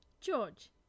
George